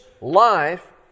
life